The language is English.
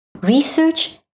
Research